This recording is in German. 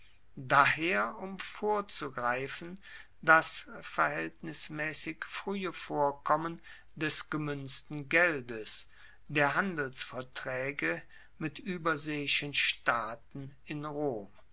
daher um vorzugreifen das verhaeltnismaessig fruehe vorkommen des gemuenzten geldes der handelsvertraege mit ueberseeischen staaten in rom